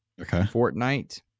Fortnite